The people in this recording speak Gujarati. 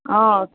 અ